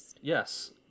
Yes